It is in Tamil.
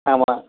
ஆமாம்